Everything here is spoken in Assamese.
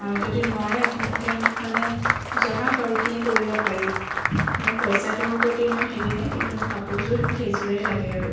আৰু যদি নোৱাৰে আপোনালোকে মোক মানে জনাওক আৰু কি কৰিব পাৰি মোৰ পইচাটোৰ প্ৰতি ইমান হেৰি নাই কিন্তু মোৰ কাপোৰযোৰ মোৰ সেইযোৰেই লাগে আৰু